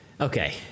Okay